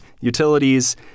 Utilities